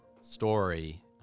story